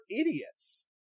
idiots